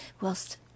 whilst